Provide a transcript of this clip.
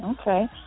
Okay